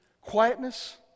quietness